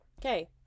Okay